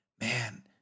man